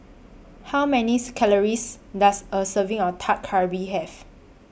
How Many Calories Does A Serving of Dak Galbi Have